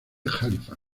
halifax